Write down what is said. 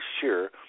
sure